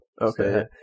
Okay